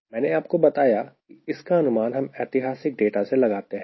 मैंने आपको बताया है कि इसका अनुमान हम ऐतिहासिक डेटा से लगाते हैं